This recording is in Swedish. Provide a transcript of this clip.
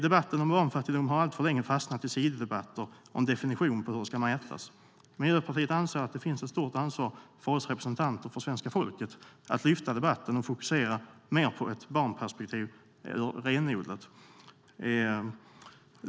Debatten om barnfattigdom har alltför länge fastnat i sidodebatter om en definition av hur den ska mätas. Miljöpartiet anser att det finns ett stort ansvar för oss representanter för svenska folket att lyfta debatten och fokusera mer på ett renodlat barnperspektiv.